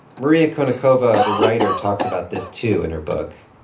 maria konnikova, the writer, talks about this, too, in her book.